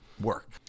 work